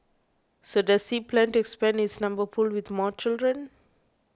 so does he plan to expand his number pool with more children